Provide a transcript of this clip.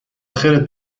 خیرت